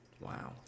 wow